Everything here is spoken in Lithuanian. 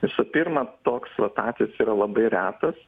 visų pirma toks vat atvejis yra labai retas